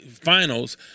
finals